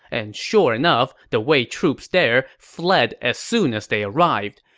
and sure enough, the wei troops there fled as soon as they arrived.